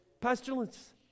pestilence